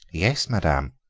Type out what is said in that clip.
yes, madame.